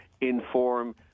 inform